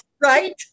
right